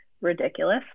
ridiculous